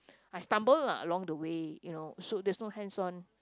I stumble lah along the way you know so there's no hands on